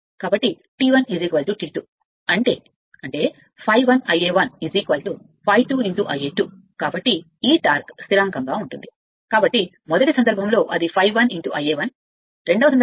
కాబట్టి T 1 T 2 అంటే అంటే ∅1 I 1 ∅ 1 ∅2 ∅2 కారణం టార్క్ కాబట్టి ఈ టార్క్ స్థిరాంకంగా ఉంటుంది కాబట్టి మొదటి సందర్భం అది ∅1 ∅1 రెండవ సందర్భం అయితే అది ∅2